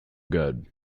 good